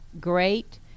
great